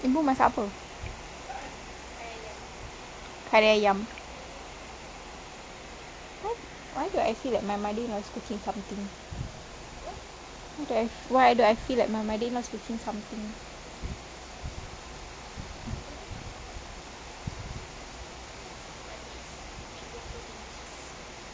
ibu masak apa kari ayam why do I feel like my mother-in-law is cooking something why do I why do I feel like my mother-in-law is cooking something